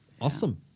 Awesome